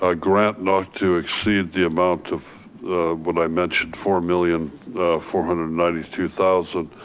ah grant not to exceed the amount of what i mentioned four million four hundred and ninety two thousand.